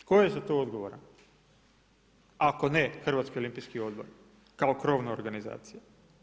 Tko je za to odgovoran ako ne hrvatski olimpijski odbor kao krovna organizacija.